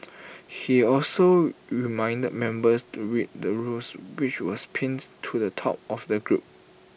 he also reminded members to read the rules which was pinned to the top of the group